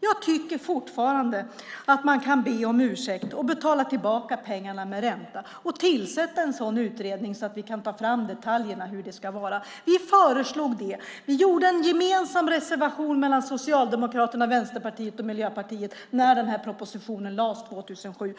Jag tycker fortfarande att man kan be om ursäkt och betala tillbaka pengarna med ränta. Tillsätt en utredning så att vi kan ta fram detaljerna för hur det ska vara. Vi föreslog det. Vi gjorde en gemensam reservation från Socialdemokraterna, Vänsterpartiet och Miljöpartiet när propositionen lades fram år 2007.